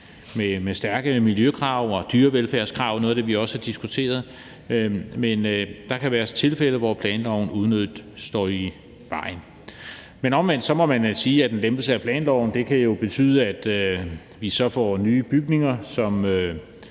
med stærke miljøkrav og dyrevelfærdskrav, hvilket også er noget af det, vi har diskuteret, men der kan være tilfælde, hvor planloven unødigt står i vejen. Men omvendt må man jo også sige, at en lempelse af planloven kan betyde, at vi så får nye bygninger i